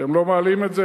אתם לא מעלים את זה,